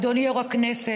אדוני יו"ר הכנסת,